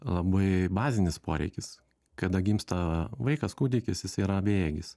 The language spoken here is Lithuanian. labai bazinis poreikis kada gimsta vaikas kūdikis jisai yra bejėgis